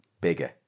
bigger